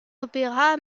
l’opéra